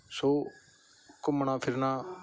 ਸੋ ਘੁੰਮਣਾ ਫਿਰਨਾ